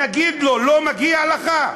נגיד לו: לא מגיע לך?